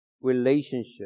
relationship